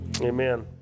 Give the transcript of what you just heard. amen